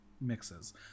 mixes